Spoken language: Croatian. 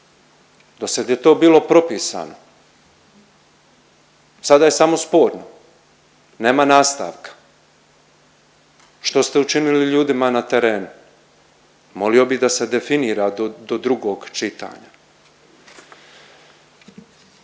Do sad je to bilo propisano, sada je samo sporno. Nema nastavka. Što ste učinili ljudima na terenu? Molio bi da se definira do drugog čitanja.